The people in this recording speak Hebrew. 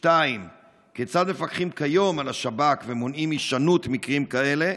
2. כיצד מפקחים כיום על השב"כ ומונעים הישנות מקרים כאלה?